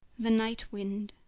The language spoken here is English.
the night-wind.